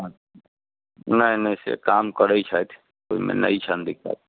हँ नहि नहि से काम करैत छथि ओहिमे नहि छनि दिक्कत